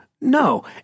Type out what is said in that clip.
No